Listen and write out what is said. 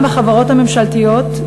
גם בחברות הממשלתיות,